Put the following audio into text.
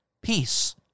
Peace